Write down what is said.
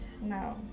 No